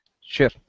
Sure